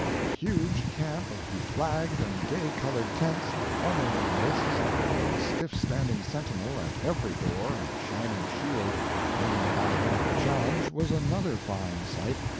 the huge camp of beflagged and gay-colored tents at one end of the lists, with a stiff-standing sentinel at every door and a shining shield hanging by him for challenge, was another fine sight.